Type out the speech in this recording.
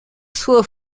sua